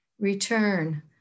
Return